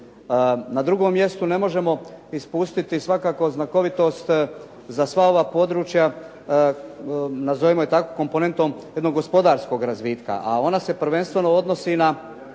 Na drugom mjestu ne možemo ispustiti svakako znakovitost za sva ova područja, nazovimo i tako komponentom jednog gospodarskog razvitka, a ona se prvenstveno odnosi na